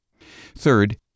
Third